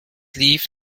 lief